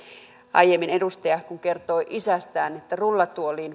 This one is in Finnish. aiemmin edustaja kun kertoi isästään että rullatuoliin